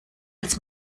als